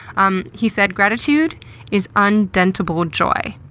um he said, gratitude is undentable joy.